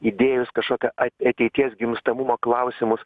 idėjos kažkokio atei ateities gimstamumo klausimus